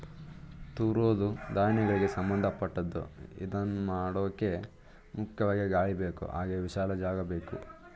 ತೂರೋದೂ ಧಾನ್ಯಗಳಿಗೆ ಸಂಭಂದಪಟ್ಟದ್ದು ಇದ್ನಮಾಡೋಕೆ ಮುಖ್ಯವಾಗಿ ಗಾಳಿಬೇಕು ಹಾಗೆ ವಿಶಾಲ ಜಾಗಬೇಕು